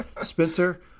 Spencer